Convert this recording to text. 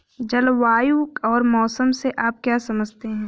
जलवायु और मौसम से आप क्या समझते हैं?